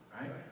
right